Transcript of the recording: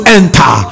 enter